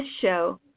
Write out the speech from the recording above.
show